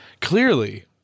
Clearly